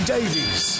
Davies